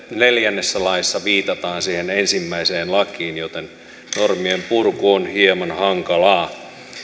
neljännessä laissa viitataan siihen ensimmäiseen lakiin joten normien purku on hieman hankalaa